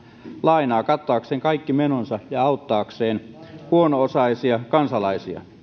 lainaa kattaakseen kaikki menonsa ja auttaakseen huono osaisia kansalaisia